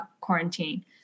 quarantine